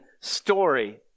story